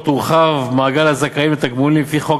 הורחב מעגל הזכאים לתגמולים לפי חוק